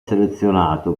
selezionato